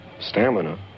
stamina